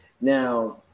Now